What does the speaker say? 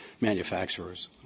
manufacturers